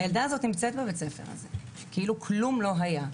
הילדה הזו נמצאת בבית הספר - כאילו כלום לא היה.